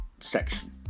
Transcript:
section